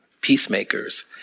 peacemakers